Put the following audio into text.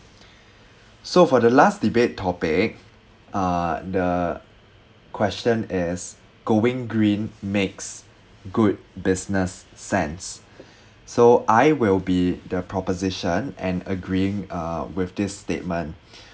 so for the last debate topic uh the question is going green makes good business sense so I will be the proposition and agreeing uh with this statement